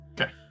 Okay